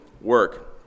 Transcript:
work